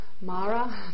Mara